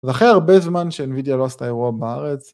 ואחרי הרבה זמן שאינבידיה לא עשתה אירוע בארץ